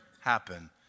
happen